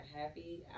happy